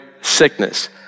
sickness